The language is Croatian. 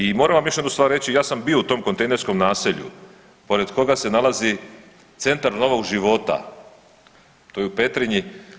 I moram vam još jednu stvar reći, ja sam bio u tom kontejnerskom naselju pored koga se nalazi centar novog života, to je u Petrinji.